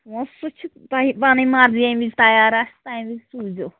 پوٚنٛسہٕ چھُ تۄہہِ پَنٕنۍ مرضی ییٚمہِ وِزِ تَیار آسہِ تَمہِ وِزِ سوٗزِو